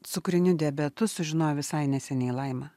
cukriniu diabetu sužinojo visai neseniai laima